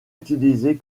utilisé